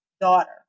daughter